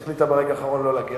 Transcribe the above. היא החליטה ברגע האחרון לא להגיע,